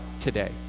today